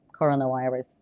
coronavirus